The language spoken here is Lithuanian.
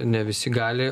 ne visi gali